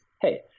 hey